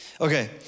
Okay